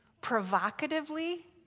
provocatively